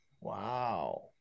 wow